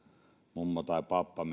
mummo tai pappa